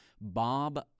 Bob